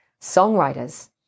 songwriters